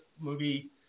movie